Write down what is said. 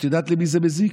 את יודעת למי זה מזיק?